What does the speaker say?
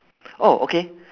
oh okay